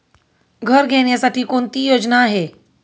घर घेण्यासाठी कोणती योजना आहे?